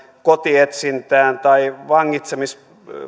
kotietsintään tai vangitsemisiin